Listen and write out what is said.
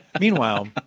Meanwhile